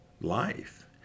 life